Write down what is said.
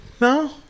No